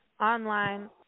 Online